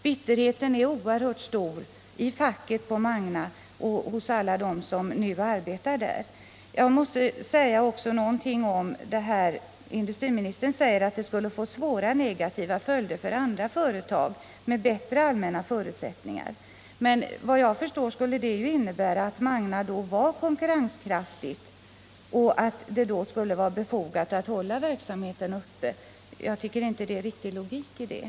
Bitterheten är oerhört stor i facket och bland alla dem som arbetar i företaget. Industriministern säger att stödåtgärder kan få svåra negativa följder för andra företag med bättre allmänna förutsättningar. Såvitt jag förstår skulle det innebära att Magna var konkurrenskraftigt och att det sålunda skulle vara befogat att hålla verksamheten uppe. Jag kan inte finna någon logik i detta.